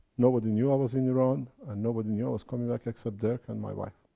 nobody knew i was in iran, and nobody knew i was coming back except dirk, and my wife.